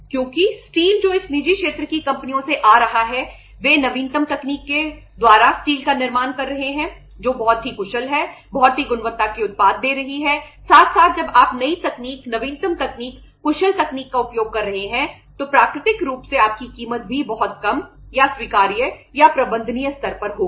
क्योंकि स्टील जो इस निजी क्षेत्र की कंपनियों से आ रहा है वे नवीनतम तकनीक के द्वारा स्टील का निर्माण कर रहे हैं जो बहुत ही कुशल है बहुत ही गुणवत्ता के उत्पाद दे रही है साथ साथ जब आप नई तकनीक नवीनतम तकनीक कुशल तकनीक का उपयोग कर रहे हैं तो प्राकृतिक रूप से आपकी कीमत भी बहुत कम या स्वीकार्य या प्रबंधनीय स्तर पर होगी